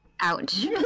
Ouch